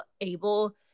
able